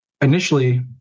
initially